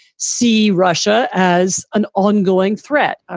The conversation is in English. see russia as an ongoing threat. ah